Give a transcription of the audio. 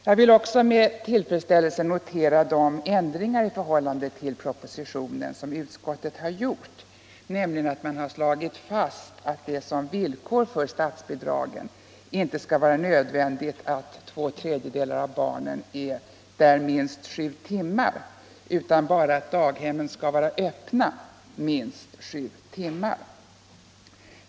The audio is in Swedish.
Jag vill också med tillfredsställelse notera de ändringar i förhållande till propositionen som utskottet har gjort. Man har slagit fast att det som villkor för statsbidragen inte skall vara nödvändigt att två tredjedelar av barnen är där minst sju timmar, utan bara att daghemmen skall vara öppna minst sju timmar.